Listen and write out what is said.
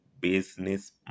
Business